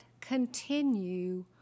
continue